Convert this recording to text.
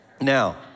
Now